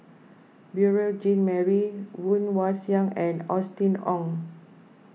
Beurel Jean Marie Woon Wah Siang and Austen Ong